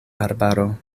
arbaro